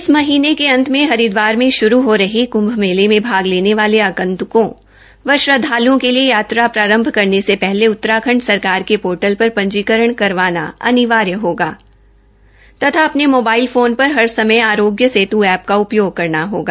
इस माह के अंत में हरिद्वार में श्रू हो रहे क्म्भ मेले में भाग लेने वाले आगंत्कों व श्रद्धालुओं के लिए यात्रा प्रारंभ करने से पहले उत्तराखंड सरकार के पोर्टल पर पं रिकरण करना अनिवार्य होगा तथा अपने मोबाइल फोन पर हर समय आरोग्य सेत् एप का उपयोग करना होगा